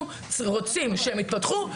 אנחנו רוצים שהם יתפתחו,